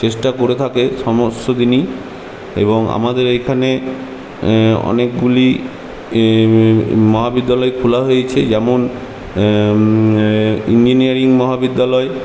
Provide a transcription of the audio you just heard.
চেষ্টা করে থাকে সমস্ত দিনই এবং আমাদের এখানে অনেকগুলি মহাবিদ্যালয় খোলা হয়েছে যেমন ইঞ্জিনিয়ারিং মহাবিদ্যালয়